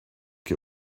get